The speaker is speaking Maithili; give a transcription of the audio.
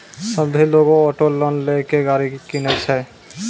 सभ्भे लोगै ऑटो लोन लेय के गाड़ी किनै छै